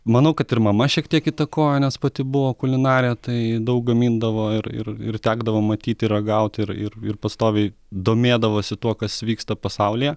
manau kad ir mama šiek tiek įtakojo nes pati buvo kulinarė tai daug gamindavo ir ir ir tekdavo matyti ragauti ir ir ir pastoviai domėdavosi tuo kas vyksta pasaulyje